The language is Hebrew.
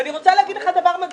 ואני רוצה להגיד לך דבר מדהים.